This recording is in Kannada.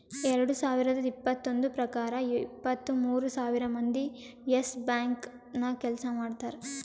ಎರಡು ಸಾವಿರದ್ ಇಪ್ಪತ್ತೊಂದು ಪ್ರಕಾರ ಇಪ್ಪತ್ತು ಮೂರ್ ಸಾವಿರ್ ಮಂದಿ ಯೆಸ್ ಬ್ಯಾಂಕ್ ನಾಗ್ ಕೆಲ್ಸಾ ಮಾಡ್ತಾರ್